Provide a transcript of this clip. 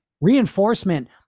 Reinforcement